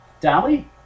Dolly